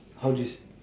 I'll just